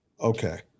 Okay